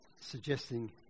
suggesting